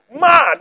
mad